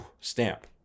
stamp